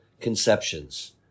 conceptions